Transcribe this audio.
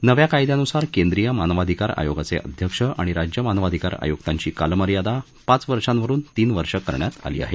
नव्या कायद्यानुसार केंद्रीय मानवाधिकार आयोगाचे अध्यक्ष आणि राज्य मानवाधिकार आयुक्तांची कालमर्यादा पाच वर्षांवरून तीन वर्ष करण्यात आली आहे